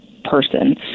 person